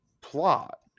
plot